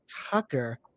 Tucker